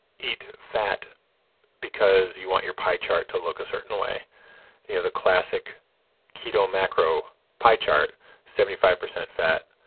eat fat because you want your pie chart to look a certain way you know, the classic keto macro pie chart seventy five percent fat,